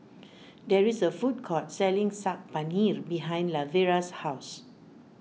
there is a food court selling Saag Paneer behind Lavera's house